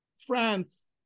France